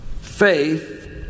faith